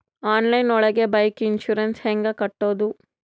Online ಒಳಗೆ bike insurance ಹ್ಯಾಂಗ್ ಕಟ್ಟುದು?